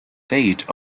date